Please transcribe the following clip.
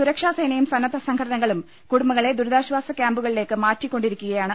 സുരക്ഷാസേനയും സന്നദ്ധ സൃംഘടനകളും കുടുംബങ്ങളെ ദുരിതാശ്വാസ ക്യാമ്പുകളിലേക്ക് മാറ്റിക്കൊ ണ്ടിരിക്കുകയാണ്